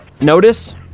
notice